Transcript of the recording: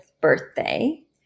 birthday